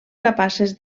capaces